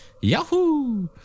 Yahoo